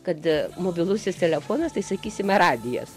kad mobilusis telefonas tai sakysime radijas